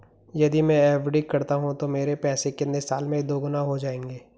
यदि मैं एफ.डी करता हूँ तो मेरे पैसे कितने साल में दोगुना हो जाएँगे?